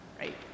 Right